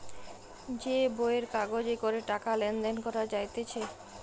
যে বইয়ের কাগজে করে টাকা লেনদেন করা যাইতেছে